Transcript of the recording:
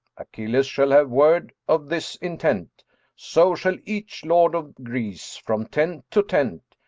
achilles shall have word of this intent so shall each lord of greece, from tent to tent.